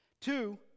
Two